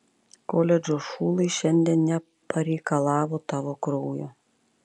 koledžo šulai šiandien nepareikalavo tavo kraujo